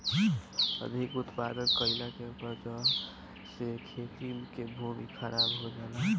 अधिक उत्पादन कइला के वजह से खेती के भूमि खराब हो जाला